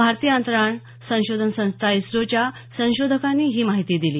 भारतीय अंतराळ संशोधन संस्था इस्रोच्या संशोधकानी ही माहिती दिली